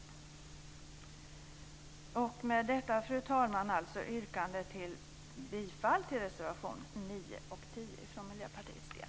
Fru talman! Med detta yrkar jag bifall till reservationerna 9 och 10 för Miljöpartiets del.